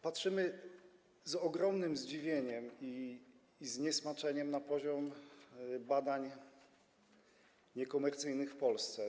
Patrzymy z ogromnym zdziwieniem i zniesmaczeniem na poziom badań niekomercyjnych w Polsce.